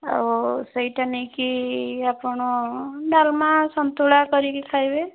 ଆଉ ସେଇଟା ନେଇକି ଆପଣ ଡାଲମା ଆଉ ସନ୍ତୁଳା କରିକି ଖାଇବେ